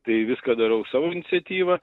tai viską darau savo iniciatyva